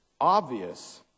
obvious